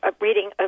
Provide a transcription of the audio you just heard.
reading